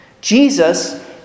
Jesus